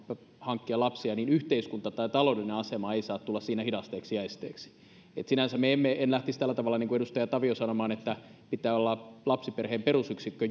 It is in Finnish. hankkia lapsia yhteiskunta tai taloudellinen asema ei saa tulla siinä hidasteeksi ja esteeksi sinänsä en lähtisi tällä tavalla sanomaan kuin edustaja tavio että lapsiperheen pitää olla perusyksikkö